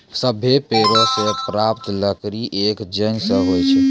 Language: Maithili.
सभ्भे पेड़ों सें प्राप्त लकड़ी एक जैसन नै होय छै